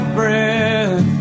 breath